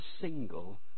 single